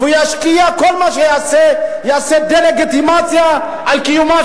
והוא ישקיע ויעשה דה-לגיטימציה לקיומה